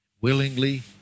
willingly